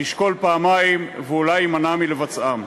ישקול פעמיים ואולי יימנע מלבצען.